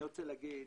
אני רוצה להגיד